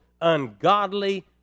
ungodly